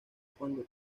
cuando